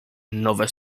nowe